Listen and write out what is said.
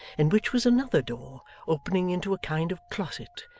in which was another door opening into a kind of closet,